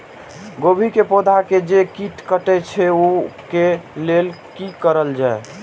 गोभी के पौधा के जे कीट कटे छे वे के लेल की करल जाय?